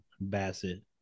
Bassett